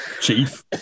Chief